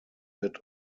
lid